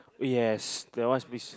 yes that one is